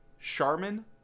Charmin